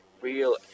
real